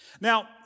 Now